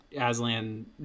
Aslan